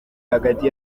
hagati